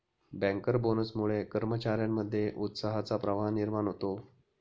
banker बोनसमुळे कर्मचार्यांमध्ये उत्साहाचा प्रवाह निर्माण होतो